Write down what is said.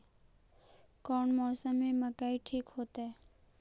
कौन मौसम में मकई ठिक होतइ?